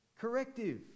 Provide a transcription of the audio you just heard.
corrective